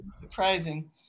Surprising